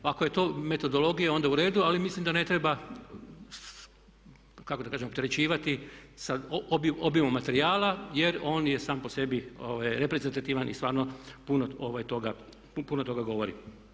Pa ako je to metodologija onda u redu, ali mislim da ne treba kako da kažem opterećivati sa obimom materijala jer on je sam po sebi reprezentativan i stvarno puno toga govori.